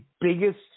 biggest